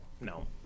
no